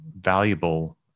valuable